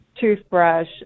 toothbrush